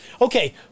Okay